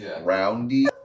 roundy